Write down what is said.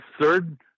third